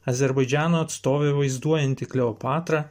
azerbaidžano atstovė vaizduojanti kleopatrą